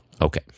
Okay